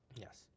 Yes